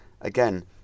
again